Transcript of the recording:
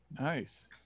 Nice